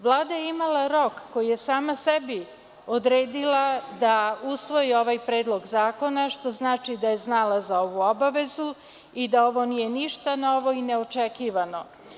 Vlada je imala rok koji je sama sebi odredila da usvoji ovaj Predlog zakona, što znači da je znala za ovu obavezu i da ovo nije ništa novo i neočekivano.